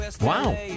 Wow